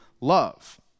love